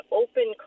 open